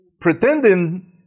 pretending